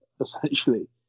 essentially